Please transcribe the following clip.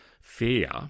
fear